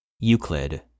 Euclid